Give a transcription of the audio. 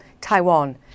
Taiwan